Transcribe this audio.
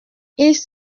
ils